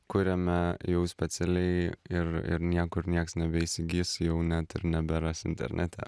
kuriame jau specialiai ir ir niekur nieks nebeįsigis jau net ir neberas internete